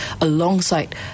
alongside